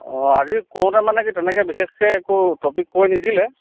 অঁ আজি কওঁঁতে মানে কি তেনেকে বিশেষকে একো টপিক কৈ নিদিলে